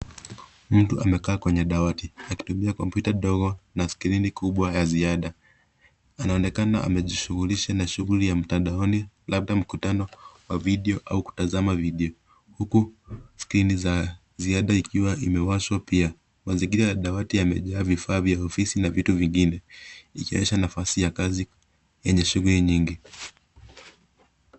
Mtu amekaa kwenye dawati akitumia kompyuta ndogo na skrini kubwa ya ziada. Anaonekana amejishughulisha na shughuli ya mtandaoni labda mkutano wa video au kutazama video huku skrini za ziada ikiwa imewashwa pia. Mazingira ya dawati yamejaa vifaa vya ofisi na vitu vingine vikionyesha nafasi ya kazi yenye shughuli nyingi.